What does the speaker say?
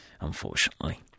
unfortunately